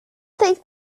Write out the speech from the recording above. think